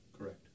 Correct